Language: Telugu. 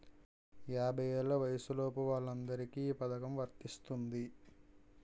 యాభై ఏళ్ల వయసులోపు వాళ్ళందరికీ ఈ పథకం వర్తిస్తుంది